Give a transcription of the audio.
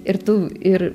ir tu ir